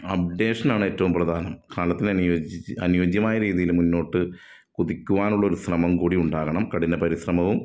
അപ്ഡേഷനാണ് ഏറ്റവും പ്രധാനം കാലത്തിനന്യോജിച്ച് അനുയോജ്യമായ രീതിയിൽ മുന്നോട്ട് കുതിക്കുവാനുള്ളൊരു ശ്രമം കൂടി ഉണ്ടാകണം കഠിനപരിശ്രമവും